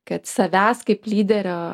kad savęs kaip lyderio